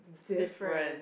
difference